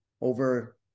over